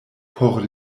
por